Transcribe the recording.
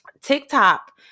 TikTok